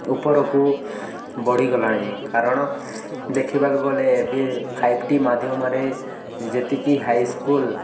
ଉପରକୁ ବଢ଼ିଗଲାଣି କାରଣ ଦେଖିବାକୁ ଗଲେ ଏବେ ଫାଇବ୍ ଟି ମାଧ୍ୟମରେ ଯେତିକି ହାଇସ୍କୁଲ୍